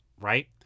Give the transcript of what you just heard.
right